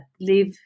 live